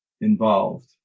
involved